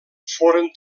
foren